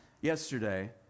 yesterday